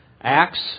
Acts